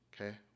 Okay